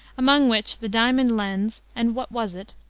among which the diamond lens and what was it?